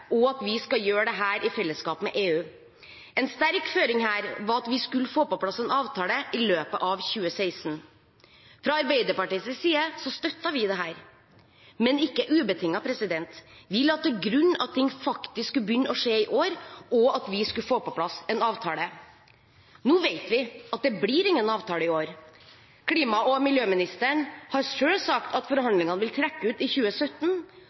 at vi skal gjøre dette i fellesskap med EU. En sterk føring var at vi skulle få på plass en avtale i løpet av 2016. Fra Arbeiderpartiets side støtter vi dette, men ikke ubetinget. Vi la til grunn at ting faktisk skulle begynne å skje i år, og at vi skulle få på plass en avtale. Nå vet vi at det blir ingen avtale i år. Klima- og miljøministeren har selv sagt at forhandlingene vil trekke ut i 2017,